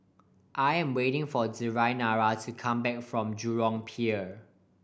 I am waiting for Deyanira to come back from Jurong Pier